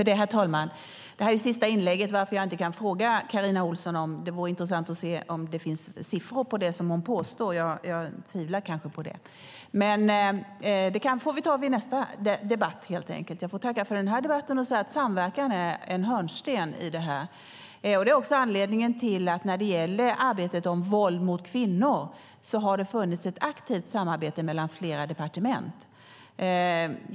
Herr talman! Detta är mitt sista inlägg, varför jag inte kan fråga Carina Ohlsson om det finns siffror som styrker det hon påstår. Det vore intressant att veta. Jag tvivlar dock på det. Men det får vi ta vid nästa debatt. Jag får tacka för den här debatten. Samverkan är en hörnsten. Det är också anledningen till att det har funnits ett aktivt samarbete mellan flera departement i arbetet mot våld mot kvinnor.